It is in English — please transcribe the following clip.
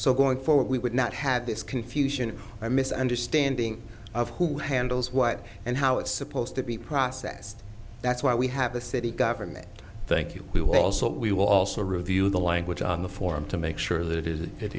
so going forward we would not have this confusion i miss understanding of who handles what and how it's supposed to be processed that's why we have the city government thank you we also we will also review the language on the form to make sure that i